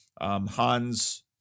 Hans